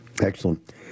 Excellent